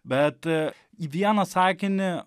bet į vieną sakinį